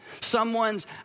someone's